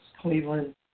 Cleveland